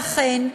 ואכן,